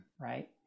right